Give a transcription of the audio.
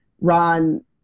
Ron